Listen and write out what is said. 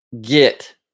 get